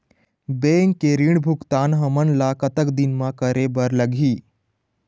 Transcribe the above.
Bank के ऋण भुगतान हमन ला कतक दिन म करे बर लगही?